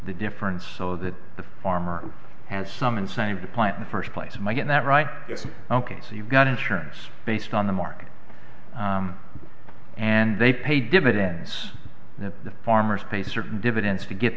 the difference so that the farmer has some incentive to plant the first place might get that right it's ok so you've got insurance based on the market and they pay dividends that the farmers pay certain dividends to get